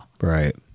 Right